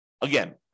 Again